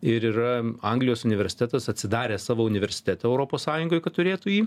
ir yra anglijos universitetas atsidaręs savo universitetą europos sąjungoj kad turėtų jį